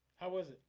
how was it